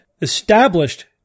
established